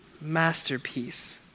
masterpiece